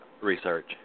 research